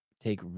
Take